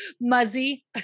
Muzzy